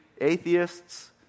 Atheists